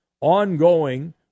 ongoing